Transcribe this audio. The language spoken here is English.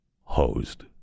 hosed